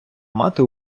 мати